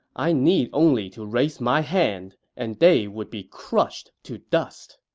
i need only to raise my hand, and they would be crushed to dust.